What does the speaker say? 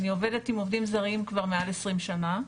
ואני עובדת עם עובדים זרים כבר מעל 20 שנה.